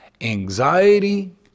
anxiety